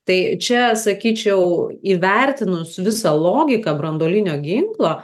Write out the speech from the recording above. tai čia sakyčiau įvertinus visą logiką branduolinio ginklo